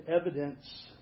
evidence